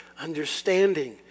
understanding